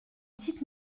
dites